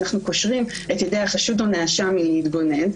אנחנו קושרים את ידי החשוד או הנאשם מלהתגונן.